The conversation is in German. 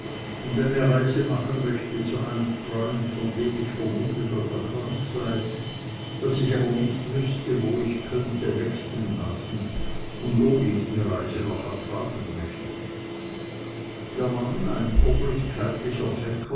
und eine reise machen möchte zu einem freund von dem ich vermute daß er krank sei daß ich aber nicht wüßte wo ich könnte wechseln lassen der mann ein